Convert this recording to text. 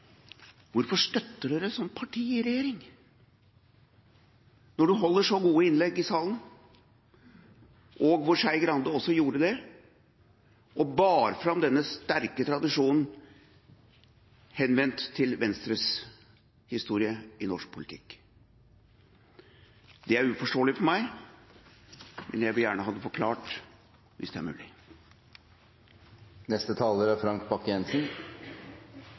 Hvorfor støtter dere et sånt parti i regjering? Når man holder så gode innlegg i salen – Skei Grande gjorde også det og bar fram denne sterke tradisjonen, med tanke på Venstres historie i norsk politikk – er dette uforståelig for meg, men jeg vil gjerne ha det forklart, hvis det er